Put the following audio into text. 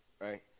right